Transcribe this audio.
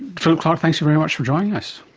philip clarke, thanks very much for joining us.